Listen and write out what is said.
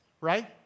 right